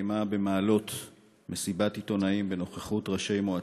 התקיימה במעלות מסיבת עיתונאים בנוכחות ראשי מועצות,